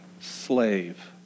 slave